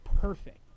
perfect